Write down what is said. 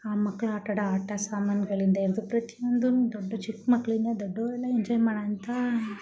ಆ ಮಕ್ಕಳು ಆಟಾಡೊ ಆಟ ಸಾಮಾನುಗಳಿಂದ ಹಿಡ್ದು ಪ್ರತಿ ಒಂದುನೂ ದೊಡ್ಡ ಚಿಕ್ಕ ಮಕ್ಕಳಿಂದ ದೊಡ್ಡವರೆಲ್ಲ ಎಂಜಾಯ್ ಮಾಡುವಂಥ